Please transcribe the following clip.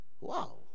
Wow